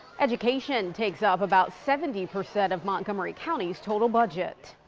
education takes up about seventy percent of montgomery county's total budget.